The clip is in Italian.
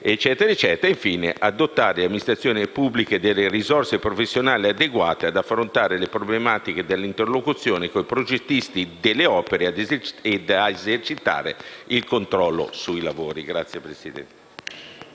ed infine a dotare le amministrazioni pubbliche delle risorse professionali adeguate ad affrontare le problematiche dell'interlocuzione con i progettisti delle opere e ad esercitare il controllo sui lavori. PRESIDENTE.